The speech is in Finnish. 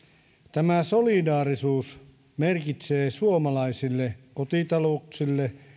tämä solidaarisuus merkitsee suomalaisille kotitalouksille